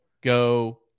go